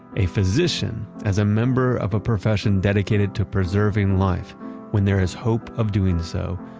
a physician, as a member of a profession dedicated to preserving life when there is hope of doing so,